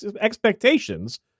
expectations